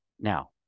Now